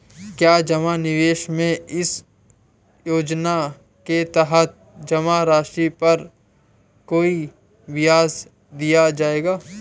क्या जमा निवेश में इस योजना के तहत जमा राशि पर कोई ब्याज दिया जाएगा?